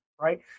right